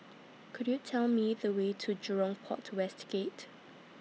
Could YOU Tell Me The Way to Jurong Port West Gate